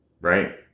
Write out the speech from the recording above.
right